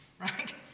right